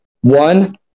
One